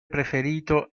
preferito